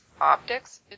Optics